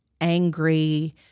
angry